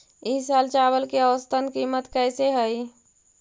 ई साल चावल के औसतन कीमत कैसे हई?